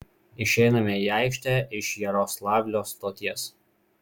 išeiname į aikštę iš jaroslavlio stoties